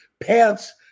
pants